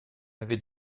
avait